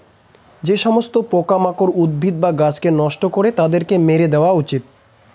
যে সমস্ত পোকামাকড় উদ্ভিদ বা গাছকে নষ্ট করে তাদেরকে মেরে দেওয়া উচিত